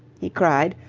he cried,